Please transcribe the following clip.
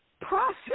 process